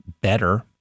better